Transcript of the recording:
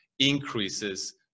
increases